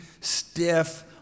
stiff